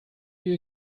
you